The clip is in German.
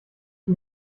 die